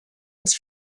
ins